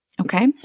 okay